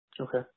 Okay